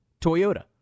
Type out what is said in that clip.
Toyota